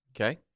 Okay